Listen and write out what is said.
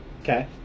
Okay